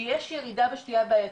שיש ירידה בשתייה הבעייתית.